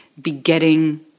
begetting